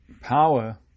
power